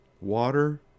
Water